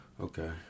Okay